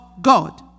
God